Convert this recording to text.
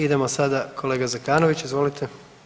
Idemo sada kolega Zekanović, izvolite.